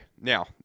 now